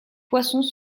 poissons